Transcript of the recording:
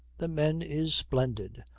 the men is splendid,